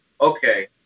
Okay